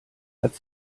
hat